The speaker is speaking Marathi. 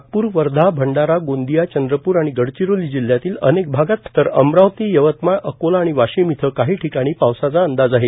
नागपूर वर्धा भंडारा गोंदिया चंद्रपूर आणि गडचिरोली जिल्ह्यातील अनेक भागात तर अमरावती यवतमाळ अकोला आणि वाशिम इथं काही ठिकाणी पावसाचा अंदाज आहे